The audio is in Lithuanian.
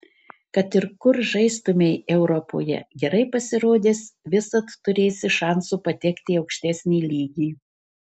kad ir kur žaistumei europoje gerai pasirodęs visad turėsi šansų patekti į aukštesnį lygį